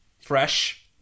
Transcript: Fresh